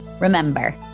Remember